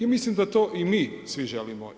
I mislim da to i mi svi želimo.